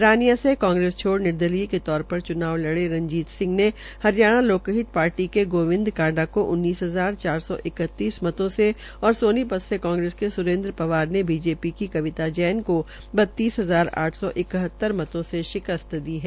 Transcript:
रानिया से कांगेस छोड़ निर्दलीय के तोर पर च्नाव लड़ रंजीत सिंह ने हरियाणा लोक हित पार्टी के गोविंद कांडा को उन्नीस हजार चार सौ इक्कीस मतों को उन्नीस हजार चार सौ इकतीस मतों से और सोनीपत के कांग्रेस के स्रेन्द्र पवार ने बीजेपी की कविता जैन को बतीस हजार आठ सौ इकहतर मतों से शिकस्त की है